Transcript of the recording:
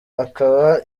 akaba